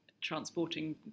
transporting